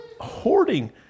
hoarding